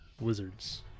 wizards